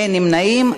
אין נמנעים.